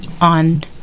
on